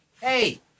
Hey